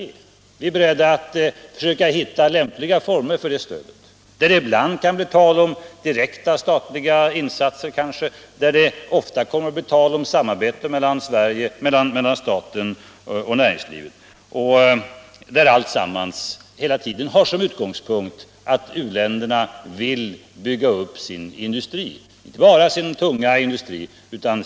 Vi är också beredda att försöka hitta lämpliga former för det, där det ibland kanske kan bli tal om direkta statliga insatser, där det ofta kan bli tal om samarbete mellan staten och näringslivet och där alltsammans hela tiden har som utgångspunkt att uländerna vill bygga upp sin industri.